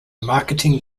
marketing